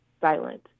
silent